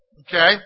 Okay